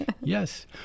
Yes